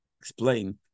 explain